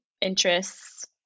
interests